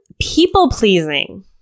People-pleasing